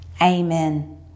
Amen